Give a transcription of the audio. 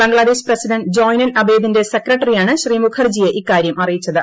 Bangladesh president Zainul അബേദിന്റെ സെക്രട്ടറിയാണ് ശ്രീ മുഖർജിയെ ഇക്കാര്യം അറിയിച്ചത്